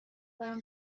برام